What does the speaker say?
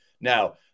Now